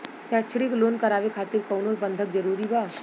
शैक्षणिक लोन करावे खातिर कउनो बंधक जरूरी बा?